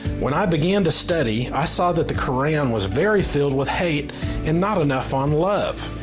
when i began to study i saw that the quran was very filled with hate and not enough on love.